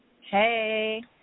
Hey